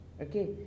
Okay